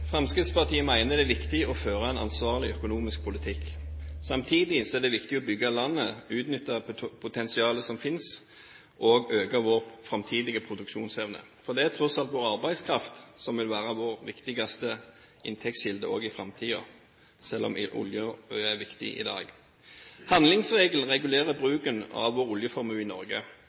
Fremskrittspartiet mener det er viktig å føre en ansvarlig økonomisk politikk. Samtidig er det viktig å bygge landet, utnytte det potensialet som finnes, og øke vår framtidige produksjonsevne. Det er tross alt vår arbeidskraft som vil være den viktigste inntektskilden, også i framtiden, selv om olje er viktig i dag. Handlingsregelen regulerer bruken av vår oljeformue i Norge.